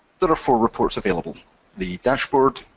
there are four reports available the dashboard,